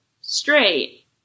straight